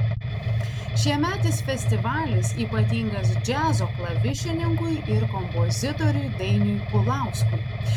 šiemetis festivalis ypatingas džiazo klavišininkui ir kompozitoriui dainiui pulauskui